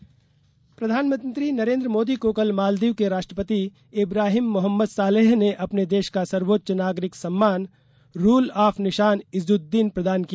मालदीव मोदी सम्मान प्रधानमंत्री नरेन्द्र मोदी को कल मालदीव के राष्ट्रपति इब्राहिम मोहम्मद सोलेह ने अपने देश का सर्वोच्च नागरिक सम्मान रूल ऑफ निशान इज्जुद्दीन प्रदान किया